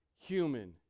human